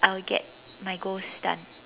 I will get my goals done